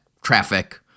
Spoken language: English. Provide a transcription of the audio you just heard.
traffic